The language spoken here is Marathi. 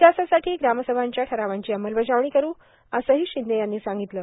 विकासासाठी ग्रामसभांच्या ठरावांची अंमलबजावणी करु असेही शिंदे यांनी सांगितले